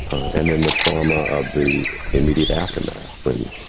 and then, the trauma of the immediate aftermath, when,